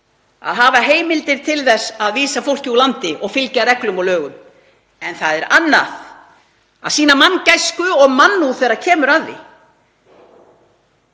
að hafa heimildir til þess að vísa fólki úr landi og fylgja reglum og lögum. En það er annað að sýna manngæsku og mannúð þegar kemur að því.